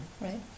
Right